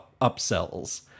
upsells